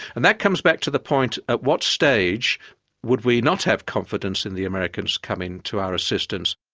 and that comes back to the point, at what stage would we not have confidence in the americans coming to our assistance.